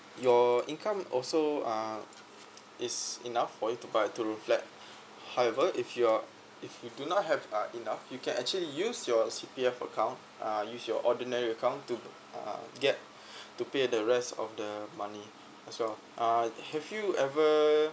your income also uh is enough for you to buy a two room flat however if you're if you do not have uh enough you can actually use your C_P_F account uh use your ordinary account to uh get to pay the rest of the money as well uh have you ever